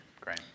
Great